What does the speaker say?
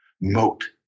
moat